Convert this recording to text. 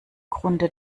grunde